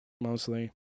Mostly